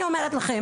ואני אומרת לכם,